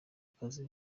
kazi